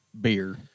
beer